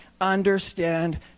understand